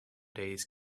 days